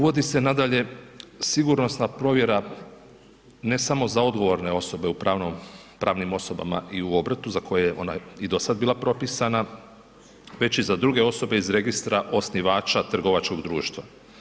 Uvodi se nadalje sigurnosna provjera ne samo za odgovorne osobe u pravnim osobama i u obrtu za koje je ona i dosada bila propisana već i za druge osobe iz registra osnivača trgovačkog društva.